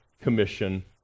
commission